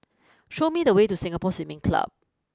show me the way to Singapore Swimming Club